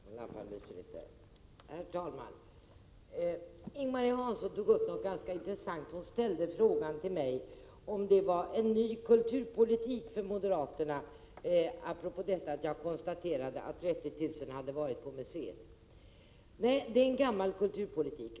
Herr talman! Ing-Marie Hansson tog upp något ganska intressant när hon, apropå att jag konstaterade att 30 000 hade varit på Nationalmuseum, ställde frågan om det var en ny kulturpolitik från moderaterna. Nej, det är en gammal kulturpolitik.